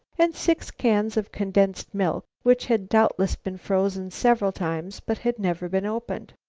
and six cans of condensed milk which had doubtless been frozen several times but had never been opened.